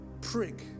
prick